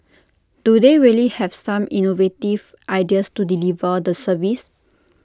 do they really have some innovative ideas to deliver the service